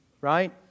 Right